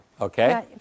Okay